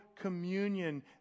communion